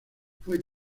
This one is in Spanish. fue